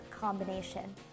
combination